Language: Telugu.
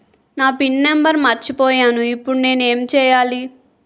నా పిన్ నంబర్ మర్చిపోయాను ఇప్పుడు నేను ఎంచేయాలి?